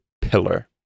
pillar